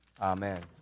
Amen